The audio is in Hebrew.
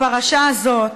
הפרשה הזאת